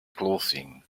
clothing